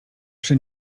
przy